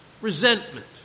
resentment